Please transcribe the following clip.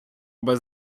без